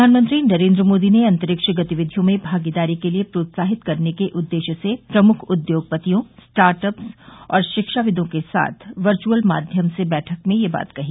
प्रधानमंत्री नरेन्द्र मोदी ने अंतरिक्ष गतिविधियों में भागीदारी के लिए प्रोत्साहित करने के उद्देश्य से प्रमुख उद्योगपतियों स्टार्टअप्स और शिक्षाविदों के साथ वर्चुअल माध्यम से बैठक में यह बात कही